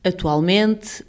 Atualmente